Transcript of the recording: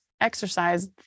exercise